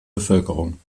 bevölkerung